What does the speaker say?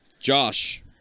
Josh